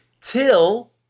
till